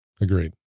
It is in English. Agreed